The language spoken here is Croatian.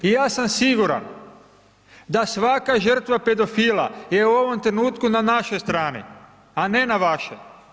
I ja sam siguran da svaka žrtva pedofila je u ovom trenutku na našoj strani a ne na vašoj.